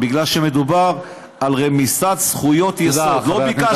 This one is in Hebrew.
כי מדובר על רמיסת זכויות יסוד.